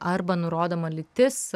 arba nurodoma lytis